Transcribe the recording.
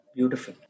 Beautiful